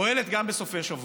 פועלת גם בסופי שבוע.